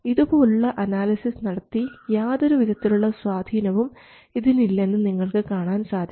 ഇതുപോലുള്ള അനാലിസിസ് നടത്തി യാതൊരുവിധത്തിലുള്ള സ്വാധീനവും ഇതിന് ഇല്ലെന്ന് നിങ്ങൾക്ക് കാണാൻ സാധിക്കും